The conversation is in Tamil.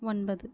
ஒன்பது